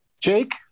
Jake